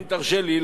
אם תרשה לי,